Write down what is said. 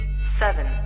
Seven